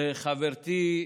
וחברתי,